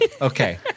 Okay